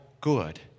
good